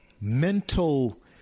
mental